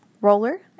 roller